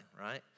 right